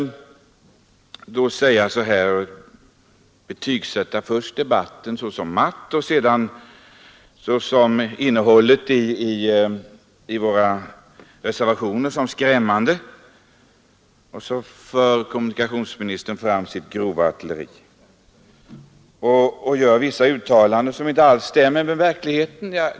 Han betygsatte först debatten såsom matt och innehållet i våra reservationer som skrämmande. Sedan förde kommunikationsministern fram sitt grova artilleri och gjorde vissa uttalanden som inte alls stämmer med verkligheten.